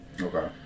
okay